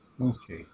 Okay